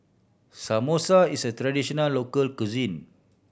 samosa is a traditional local cuisine